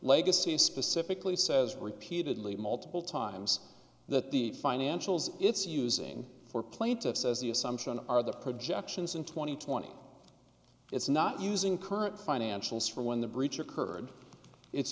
legacy specifically says repeatedly multiple times that the financials it's using for plaintiffs as the assumption are the projections in two thousand and twenty it's not using current financial strain when the breach occurred it's